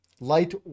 light